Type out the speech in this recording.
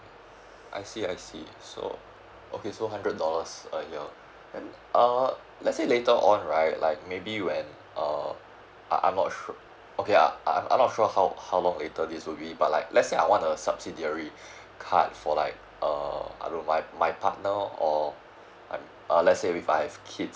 I see I see so okay so hundred dollars a year then uh let's say later on right like maybe when uh I I'm not sure okay uh I'm not sure how how long later this will be but like let's say I want a subsidiary card for like err I don't know my my partner or uh let's say if I have kids